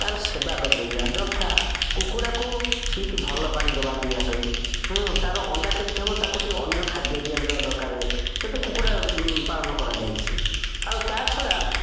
ତାର ସେବା କରିପାରିବା ଯଥା କୁକୁଡ଼ାକୁ ଠିକ୍ ଭଲ ପାଣି ଦେବା ପିଇବା ପାଇଁ ତାର ଅଣ୍ଡା କେମିତି ହେବ ତାକୁ ଟିକିଏ ଅନ୍ୟ ଖାଦ୍ୟ ଦିଆଯିବା ଦରକାର ଯଦି କୁକୁଡ଼ା ପାଳନ କରାଯାଇଛି ଆଉ ତା' ଛଡ଼ା